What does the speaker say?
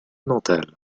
mentale